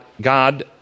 God